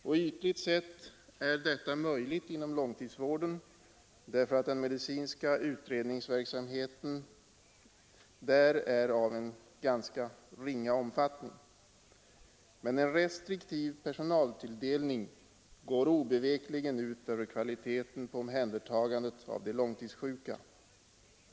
Och ytligt sett är detta möjligt inom långtidsvården, därför att den medicinska utredningsverksamheten är av en ganska ringa omfattning. Men en restriktiv personaltilldelning går obevekligen ut över kvaliteten på omhändertagandet av de långtidssjuka.